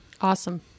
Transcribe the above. Awesome